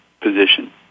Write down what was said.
position